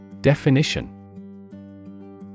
Definition